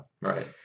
Right